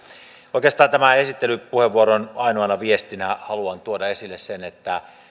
oikeastaan tämän esittelypuheenvuoron ainoana viestinä haluan tuoda esille sen että